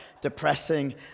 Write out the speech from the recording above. depressing